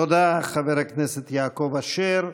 תודה, חבר הכנסת יעקב אשר.